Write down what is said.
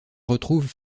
retrouve